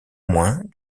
moins